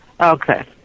Okay